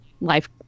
life